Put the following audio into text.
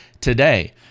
today